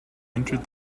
entered